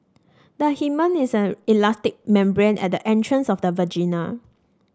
the hymen is an elastic membrane at the entrance of the vagina